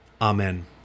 Amen